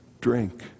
drink